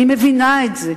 אני מבינה את זה,